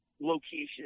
location